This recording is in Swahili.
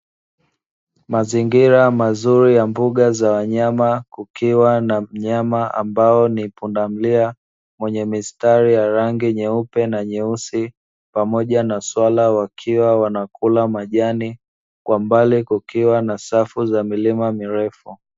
Mazingira mazuri ya mbuga za wanyama, kukiwa na wanyama ambao ni pundamilia wenye mistari ya rangi nyeupe na nyeusi, pamoja na swala wakiwa wanakula majani, kwa mbali kukiwa na safu za milima mirefu.